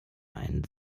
einen